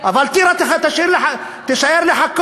אבל טירה תישאר לחכות.